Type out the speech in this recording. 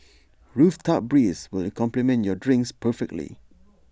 rooftop breeze will complement your drinks perfectly